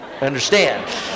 understand